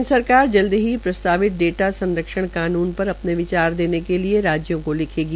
केन्द्र सरकार जल्द ही प्रस्तावित डेटा संरक्षण कानून पर अपने विचार देने के लिए राज्यों को लिखेगी